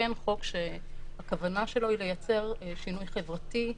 וכן חוק שהכוונה שלו היא לייצר שינוי חברתי,